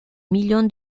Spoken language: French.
million